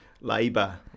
Labour